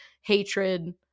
hatred